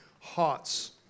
hearts